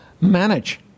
manage